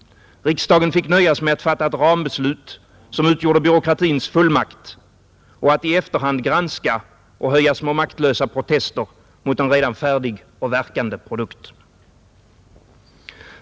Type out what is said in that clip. Riksdagen fick nöjas med att fatta ett rambeslut, som utgjorde byråkratins fullmakt, och att i efterhand granska och höja små maktlösa protester mot en redan färdig och verkande produkt.